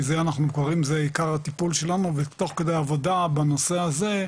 זה עיקר הטיפול שלנו ותוך כדי עבודה בנושא הזה,